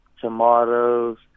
tomatoes